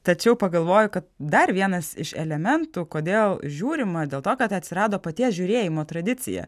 tačiau pagalvoju kad dar vienas iš elementų kodėl žiūrima dėl to kad atsirado paties žiūrėjimo tradicija